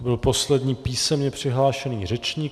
To byl poslední písemně přihlášený řečník.